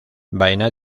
baena